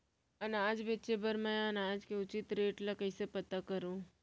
अनाज बेचे बर मैं अनाज के उचित रेट ल कइसे पता करो?